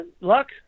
Luck